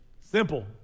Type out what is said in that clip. Simple